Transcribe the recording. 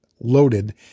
loaded